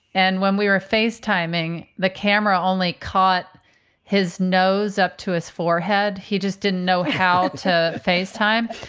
and when we were face timing, the camera only caught his nose up to his forehead. he just didn't know how to face time.